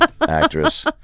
actress